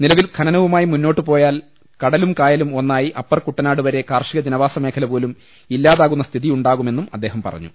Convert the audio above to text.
നിലവിൽ ഖനനവുമായി മുന്നോട്ടുപോയാൽ കടലും കായലും ഒന്നായി അപ്പർ കുട്ടനാട്വരെ കാർഷിക ജനവാസ മേഖലപോലും ഇല്ലാതാകുന്ന സ്ഥിതിയുണ്ടാകുമെന്ന് അദ്ദേഹം പറഞ്ഞു